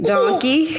Donkey